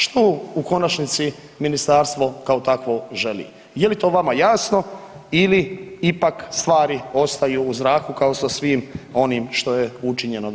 Što u konačnici ministarstvo kao takvo želi, je li to vama jasno ili ipak stvari ostaju u zraku kao sa svim onim što je učinjeno do sada.